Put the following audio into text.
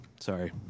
Sorry